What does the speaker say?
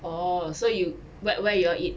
orh so you wher~ where you all eat